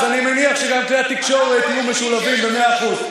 אז אני מניח שגם כלי התקשורת יהיו משולבים במאה אחוז.